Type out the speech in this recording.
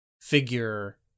figure